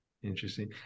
interesting